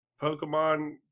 Pokemon